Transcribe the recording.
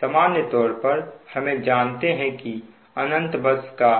सामान्य तौर पर हमें जानते हैं कि अनंत बस का